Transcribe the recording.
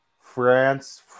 France